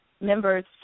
members